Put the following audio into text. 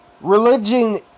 religion